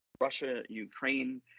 Russia-Ukraine